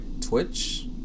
Twitch